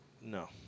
No